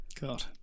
God